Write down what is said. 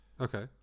Okay